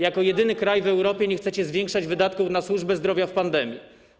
Jako jedyny kraj w Europie nie chcecie zwiększać wydatków na służbę zdrowia w okresie pandemii.